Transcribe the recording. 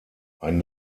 ein